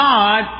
God